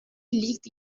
liegt